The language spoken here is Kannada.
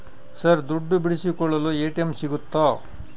ಸರ್ ದುಡ್ಡು ಬಿಡಿಸಿಕೊಳ್ಳಲು ಎ.ಟಿ.ಎಂ ಸಿಗುತ್ತಾ?